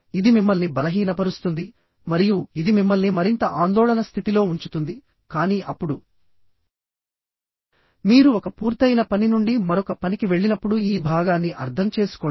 ఇది మిమ్మల్ని బలహీనపరుస్తుంది మరియు ఇది మిమ్మల్ని మరింత ఆందోళన స్థితిలో ఉంచుతుంది కానీ అప్పుడు మీరు ఒక పూర్తయిన పని నుండి మరొక పనికి వెళ్ళినప్పుడు ఈ భాగాన్ని అర్థం చేసుకోండి